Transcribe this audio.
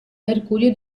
mercurio